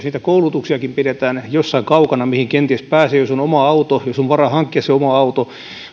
niitä koulutuksiakin pidetään jossain kaukana mihin kenties pääsee jos on oma auto jos on varaa hankkia se oma auto